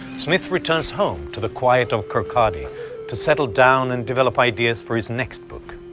smith returns home to the quiet of kirkcaldy to settle down and develop ideas for his next book.